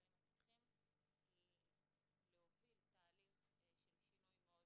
אבל הם מצליחים להוביל תהליך של שינוי מאוד